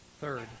Third